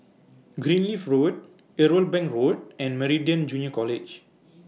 Greenleaf Road Irwell Bank Road and Meridian Junior College